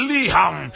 Liham